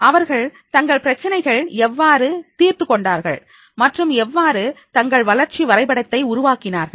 அவர்கள் தங்கள் பிரச்சனைகளை எவ்வாறு தீர்த்துக் கொண்டார்கள் மற்றும் எவ்வாறு தங்கள் வளர்ச்சி வரைபடத்தை உருவாக்கினார்கள்